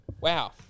Wow